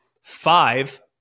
five